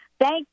thank